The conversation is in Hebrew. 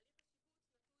הליך השיבוץ נתון